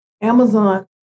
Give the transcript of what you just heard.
Amazon